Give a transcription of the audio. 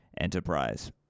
enterprise